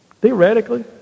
Theoretically